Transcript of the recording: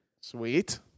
Sweet